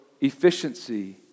efficiency